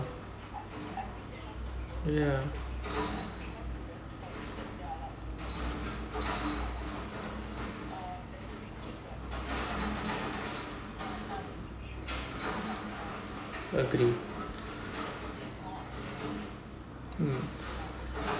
ya agree mm